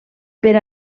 per